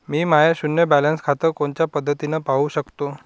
मी माय शुन्य बॅलन्स खातं कोनच्या पद्धतीनं पाहू शकतो?